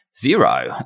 zero